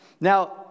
Now